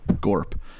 Gorp